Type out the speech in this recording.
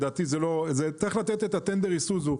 אבל לדעתי צריך לתת את הטנדר של איסוזו.